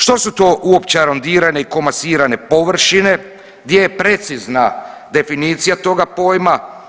Što su to uopće arondirane i komasirane površine, gdje je precizna definicija toga pojma?